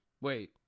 Wait